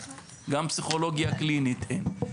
הזה.